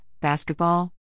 Basketball